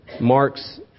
marks